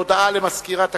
הודעה למזכירת הכנסת.